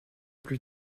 plus